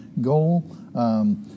goal